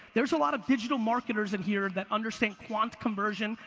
there's a lot of digital marketers in here that understand quant conversion.